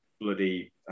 Bloody